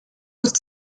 notre